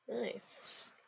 nice